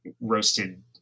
roasted